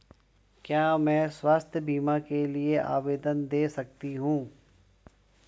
क्या मैं स्वास्थ्य बीमा के लिए आवेदन दे सकती हूँ?